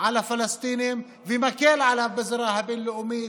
על הפלסטינים ומקל עליו בזירה הבין-לאומית,